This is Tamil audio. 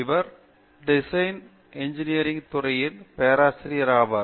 இவர் டிசைன் இன்ஜினியரிங் துறையில் பேராசிரியர் ஆவார்